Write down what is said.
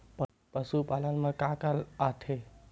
पशुपालन मा का का आथे?